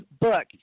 book